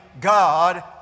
God